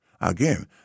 Again